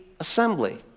assembly